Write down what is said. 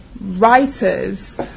writers